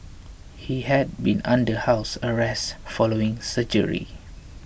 he had been under house arrest following surgery